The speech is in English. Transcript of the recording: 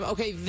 Okay